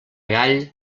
gall